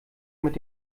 mit